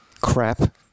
crap